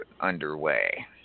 underway